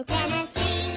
Tennessee